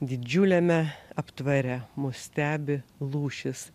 didžiuliame aptvare mus stebi lūšis